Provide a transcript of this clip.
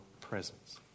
presence